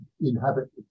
inhabit